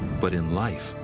but in life,